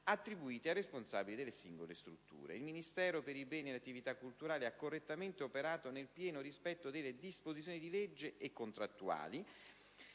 attribuiti ai responsabili delle singole strutture. Il Ministero per i beni e le attività culturali ha correttamente operato nel pieno rispetto delle disposizioni di legge e contrattuali